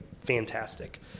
Fantastic